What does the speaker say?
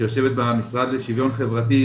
שיושבת במשרד לשוויון חברתי,